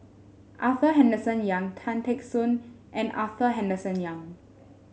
Arthur Henderson Young Tan Teck Soon and Arthur Henderson Young